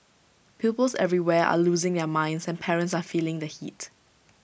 pupils everywhere are losing their minds and parents are feeling the heat